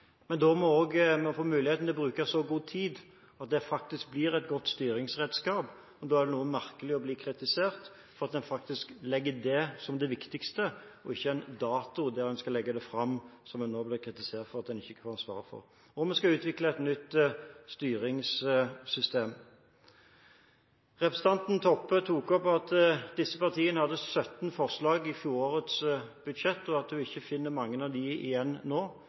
Men da må vi også få anledning til å bruke så god tid at det faktisk blir et godt styringsredskap. Det er noe merkelig å bli kritisert for at en faktisk legger vekt på det som det viktigste, og ikke en dato der en skal legge det fram, som en nå blir kritisert for at en ikke kan svare på. Vi skal utvikle et nytt styringssystem. Representanten Toppe tok opp at disse partiene hadde 17 forslag i fjorårets budsjett, og at hun ikke finner mange av dem igjen nå.